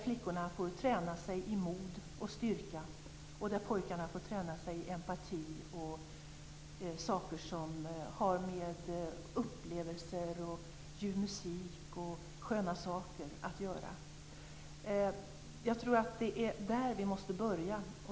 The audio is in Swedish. Flickorna får träna sig i mod och styrka, och pojkarna får träna sig i empati och saker som har med upplevelse, ljuv musik och sköna saker att göra. Jag tror att det är där vi måste börja.